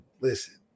listen